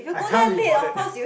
I can't be bothered